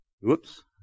Whoops